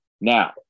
now